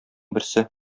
берсе